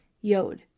Yod